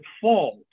fault